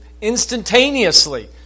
instantaneously